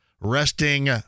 Resting